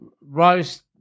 roast